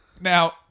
Now